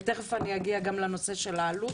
ותכף אגיע לנושא העלות.